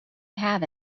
have